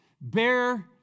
Bear